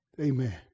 Amen